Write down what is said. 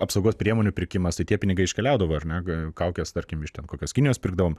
apsaugos priemonių pirkimas tai tie pinigai iškeliaudavo ir ar ne kaukes tarkim iš ten kokios kinijos pirkdavom